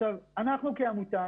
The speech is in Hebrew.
לנו כעמותה